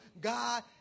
God